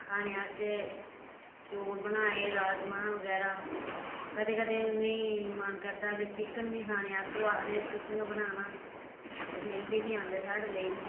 खाने आस्तै चौल बनाए राजमांह् बगैरा कदें कदें मन करै केह् चिकन बी खाने आस्तै ओह् आखदे तुसें गै बनाना ओह् लेइयै बी औंदे